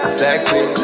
sexy